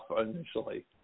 initially